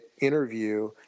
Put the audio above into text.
interview